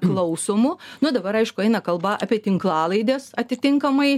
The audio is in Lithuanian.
klausomu nu dabar aišku eina kalba apie tinklalaides atitinkamai